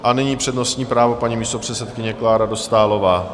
A nyní přednostní právo paní místopředsedkyně Kláry Dostálové.